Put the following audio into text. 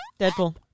Deadpool